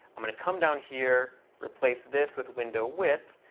i'm going to come down here, replace this with window width,